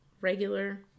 regular